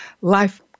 life